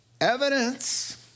evidence